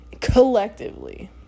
Collectively